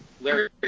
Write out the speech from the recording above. Larry